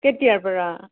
কেতিয়াৰ পৰা